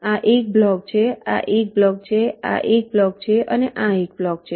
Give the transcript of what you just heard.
આ એક બ્લોક છે આ એક બ્લોક છે આ એક બ્લોક છે અને આ એક બ્લોક છે